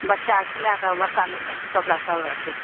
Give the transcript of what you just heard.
बच्चासँ लएके बड़का लोक तकके कपड़ा सब राखय